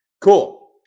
Cool